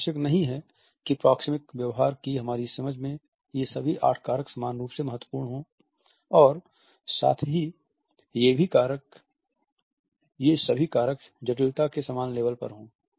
यह आवश्यक नहीं है कि प्रोक्सेमिक व्यवहार की हमारी समझ में ये सभी आठ कारक समान रूप से महत्वपूर्ण हों और साथ ही ये सभी कारक जटिलता के समान लेबल पर हों